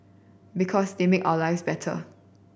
because they make our lives better